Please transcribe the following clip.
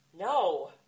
No